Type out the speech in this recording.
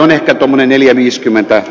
annette neljäviiskymmentä